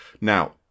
Now